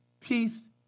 peace